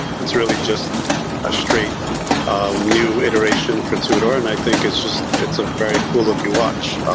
it's really just a straight new iteration for tudor, and i think it's just. it's a very cool looking watch.